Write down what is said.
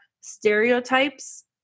stereotypes